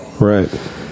Right